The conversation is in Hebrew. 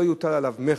לא יוטל עליו מכס,